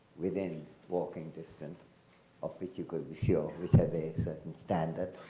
within walking distance of which you could be sure which have a certain standard,